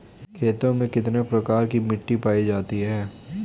खेतों में कितने प्रकार की मिटी पायी जाती हैं?